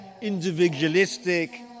individualistic